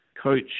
Coach